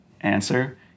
answer